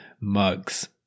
mugs